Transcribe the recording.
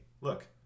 look